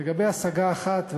לגבי השגה אחת,